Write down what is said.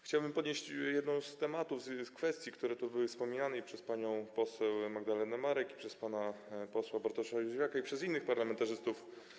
Chciałbym podnieść jedną z kwestii, która tu była wspominana i przez panią poseł Magdalenę Marek, i przez pana posła Bartosza Józwiaka, i przez innych parlamentarzystów.